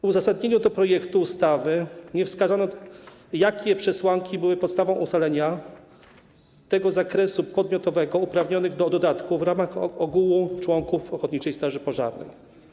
W uzasadnieniu projektu ustawy nie wskazano, jakie przesłanki były podstawą ustalenia zakresu podmiotowego uprawnionych do dodatku w ramach ogółu członków ochotniczej straży pożarnej.